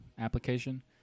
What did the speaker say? application